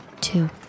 two